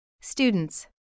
Students